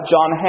John